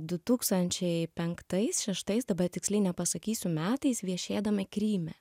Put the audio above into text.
du tūkstančiai penktais šeštais dabar tiksliai nepasakysiu metais viešėdama kryme